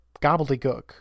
gobbledygook